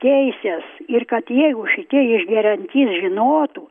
teises ir kad jeigu šitie išgeriantys žinotų